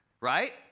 Right